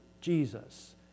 Jesus